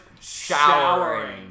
showering